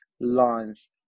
lines